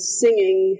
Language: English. singing